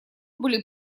были